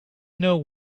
know